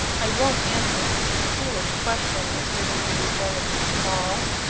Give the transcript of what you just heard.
i won't answer such a foolish question, asserted eureka, with a snarl.